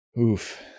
Oof